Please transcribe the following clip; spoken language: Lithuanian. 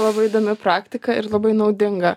labai įdomi praktika ir labai naudinga